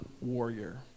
warrior